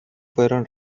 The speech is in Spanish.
fueron